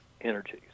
energies